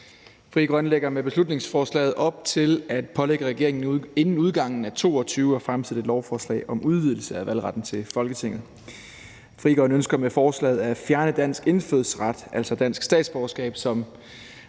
Frie Grønne lægger med beslutningsforslaget op til at pålægge regeringen inden udgangen af 2022 at fremsætte et lovforslag om udvidelse af valgretten til Folketinget. Frie Grønne ønsker med forslaget at fjerne dansk indfødsret, altså dansk statsborgerskab, som